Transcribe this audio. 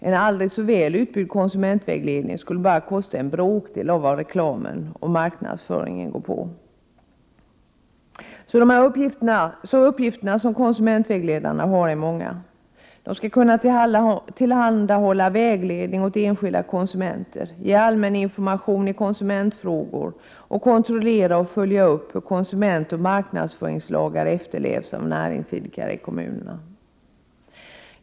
En aldrig så väl utbyggd konsumentvägledning skulle bara kosta en bråkdel av vad reklamen och marknadsföringen kostar. Uppgifterna för konsumentvägledarna är alltså många. De skall kunna tillhandahålla vägledning åt enskilda konsumenter, ge allmän information i konsumentfrågor samt kontrollera och följa upp hur konsumentoch marknadsföringslagar efterlevs av näringsidkare i kommunerna.